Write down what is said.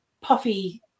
puffy